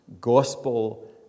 gospel